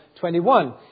21